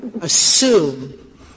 assume